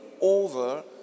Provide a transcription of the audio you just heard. over